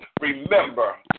Remember